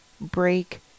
break